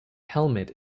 helmet